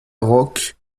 roque